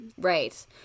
Right